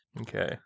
Okay